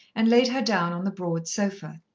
and laid her down on the broad sofa.